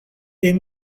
est